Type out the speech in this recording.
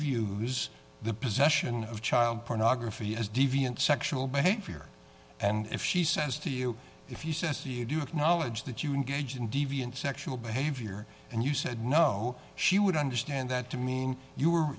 views the possession of child pornography as deviant sexual behavior and if she says to you if he says you do acknowledge that you can gauge in deviant sexual behavior and you said no she would understand that to mean you were